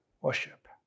worship